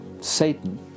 Satan